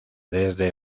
desde